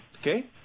okay